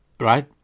right